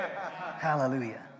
Hallelujah